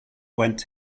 went